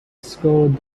scored